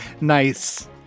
nice